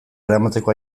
eramateko